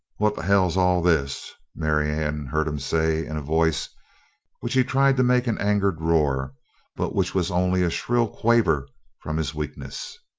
what the hell's all this? marianne heard him say in a voice which he tried to make an angered roar but which was only a shrill quaver from his weakness.